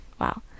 Wow